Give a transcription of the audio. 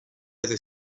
other